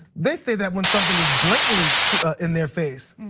they say that when something is blatantly in their face,